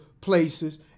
places